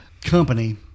company